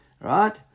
Right